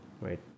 right